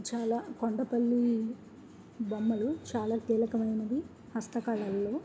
చాలా కొండపల్లి బొమ్మలు చాలా కీలకమైనది హస్తకళల్లో